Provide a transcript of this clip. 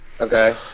Okay